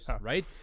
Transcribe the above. right